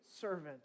servant